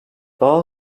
daha